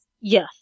Yes